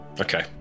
Okay